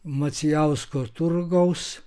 macijausko turgaus